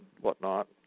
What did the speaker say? whatnot